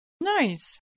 Nice